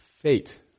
fate